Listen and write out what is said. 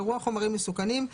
אירוע חומרים מסוכנים,